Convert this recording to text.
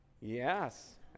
Yes